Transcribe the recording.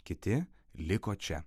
kiti liko čia